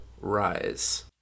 Rise